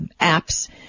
apps